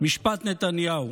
משפט נתניהו.